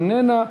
איננה,